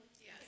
Yes